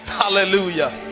hallelujah